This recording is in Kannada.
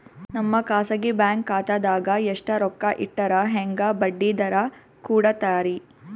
ನಮ್ಮ ಖಾಸಗಿ ಬ್ಯಾಂಕ್ ಖಾತಾದಾಗ ಎಷ್ಟ ರೊಕ್ಕ ಇಟ್ಟರ ಹೆಂಗ ಬಡ್ಡಿ ದರ ಕೂಡತಾರಿ?